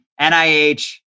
NIH